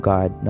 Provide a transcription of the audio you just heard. God